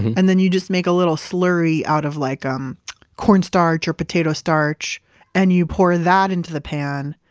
and then you just make a little slurry out of like um cornstarch or potato starch and you pour that into the pan.